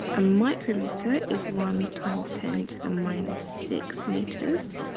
a micrometer is one times ten to the minus six meters.